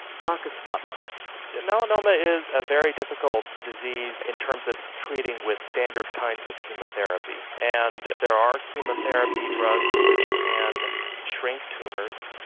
marcus butler. the melanoma is a very difficult disease in terms of treating with standard kinds of chemotherapy and there are chemotherapy drugs which can shrink tumours,